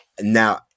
now